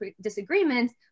disagreements